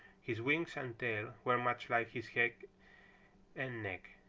his wings and tail were much like his head and neck.